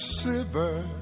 silver